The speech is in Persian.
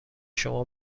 شما